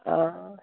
آ